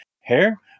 Hair